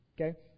Okay